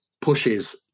pushes